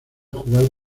jugar